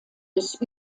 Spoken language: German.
des